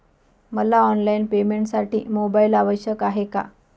मला ऑनलाईन पेमेंटसाठी मोबाईल आवश्यक आहे का?